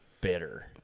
bitter